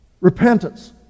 Repentance